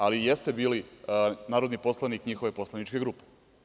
Ali, jeste bili narodni poslanik njihove poslaničke grupe.